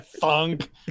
funk